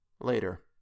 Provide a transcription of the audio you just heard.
Later